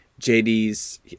JD's